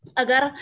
agar